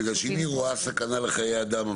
מפני שאם היא רואה סכנה לחיי אדם,